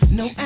no